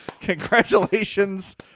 Congratulations